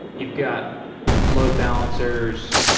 you've got load balancers,